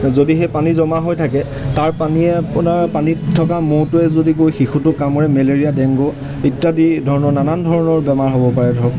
যদি সেই পানী জমা হৈ থাকে তাৰ পানীয়ে আপোনাৰ পানীত থকা মহটোৱে যদি গৈ শিশুটোক কামুৰে মেলেৰিয়া ডেংগু ইত্যাদি ধৰণৰ নানান ধৰণৰ বেমাৰ হ'ব পাৰে ধৰক